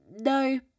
no